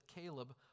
Caleb